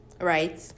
Right